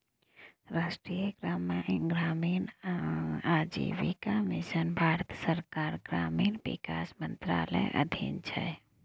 राष्ट्रीय ग्रामीण आजीविका मिशन भारत सरकारक ग्रामीण विकास मंत्रालयक अधीन छै